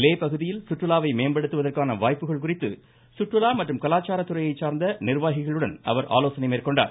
லே பகுதியில் சுற்றுலாவை மேம்படுத்துவதற்கான வாய்ப்புகள் குறித்து சுற்றுலா மற்றும் கலாச்சாரத்துறையை சார்ந்த நிர்வாகிகளுடன் அவர் ஆலோசனை மேற்கொண்டார்